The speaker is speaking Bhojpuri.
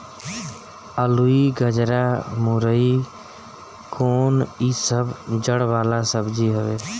अलुई, गजरा, मूरइ कोन इ सब जड़ वाला सब्जी हवे